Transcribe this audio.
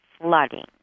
flooding